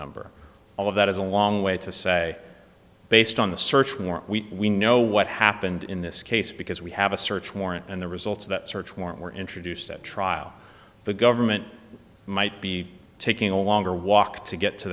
number all of that is a long way to say based on the search warrant we know what happened in this case because we have a search warrant and the results of that search warrant were introduced at trial the government might be taking a longer walk to get to